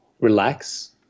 relax